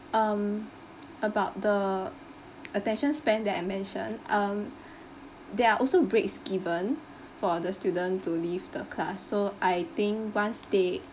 um about the attention span that I mentioned um there are also breaks given for the student to leave the class so I think once they